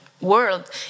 world